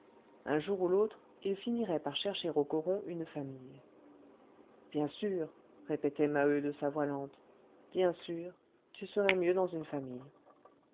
un jour ou l'autre il finirait par chercher au coron une famille bien sûr répétait maheu de sa voix lente bien sûr tu serais mieux dans une famille